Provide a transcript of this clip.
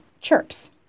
chirps